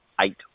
eight